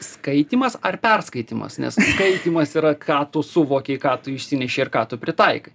skaitymas ar perskaitymas nes skaitymas yra ką tu suvokei ką tu išsinešei ir ką tu pritaikai